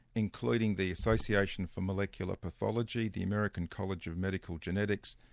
including the association for molecular pathology, the american college of medical genetics,